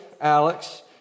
Alex